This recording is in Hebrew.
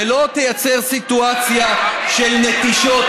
ולא לייצר סיטואציה של נטישות,